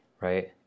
right